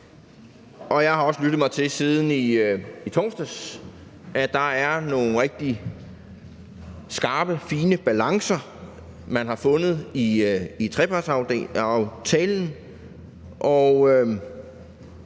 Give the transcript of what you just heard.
i torsdags lyttet mig til, at der er nogle rigtig skarpe, fine balancer, man har fundet i trepartsaftalen,